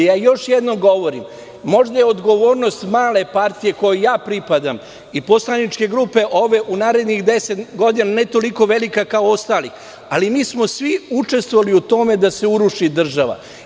Još jednom govorim, možda je odgovornost male partije kojoj ja pripadam i poslaničke grupe ove u narednih 10 godina ne toliko velika kao ostalih, ali mi smo svi učestvovali u tome da se uruši država.